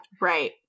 Right